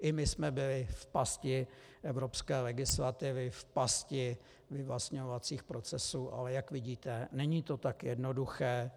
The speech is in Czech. I my jsme byli v pasti evropské legislativy, v pasti vyvlastňovacích procesů, ale jak vidíte, není to tak jednoduché.